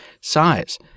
size